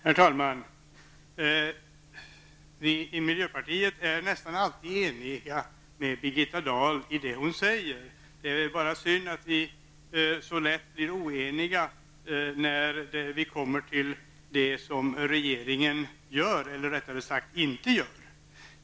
Herr talman! Vi i miljöpartiet är nästan alltid eniga med Birgitta Dahl i det hon säger. Det är bara synd att vi så lätt blir oeniga när det kommer till det som regeringen gör eller rättare sagt inte gör.